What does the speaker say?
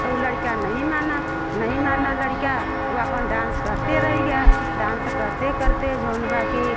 तो वो लड़का नहीं माना नहीं माना लड़िका वो अपना डांस करते रह गया डांस करते करते जौन बा कि